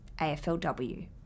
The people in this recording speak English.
AFLW